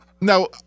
Now